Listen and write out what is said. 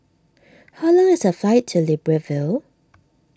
how long is the flight to Libreville